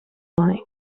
and